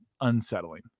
unsettling